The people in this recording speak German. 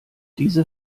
diese